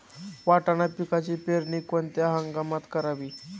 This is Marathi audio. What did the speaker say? वाटाणा पिकाची पेरणी कोणत्या हंगामात करावी?